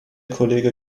kollege